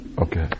Okay